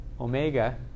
Omega